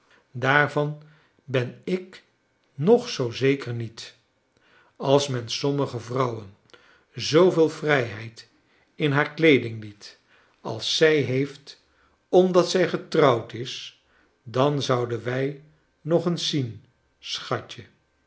daarvan ben ik nog zoo zeker niet als men sommige vrouwen zooveel vrijheid in haar kleeding liet als zij heeft omdat zij getrouwd is dan zouden wij nog eens zien schatje